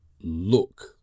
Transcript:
look